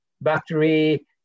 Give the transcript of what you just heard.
battery